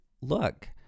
look